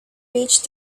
reach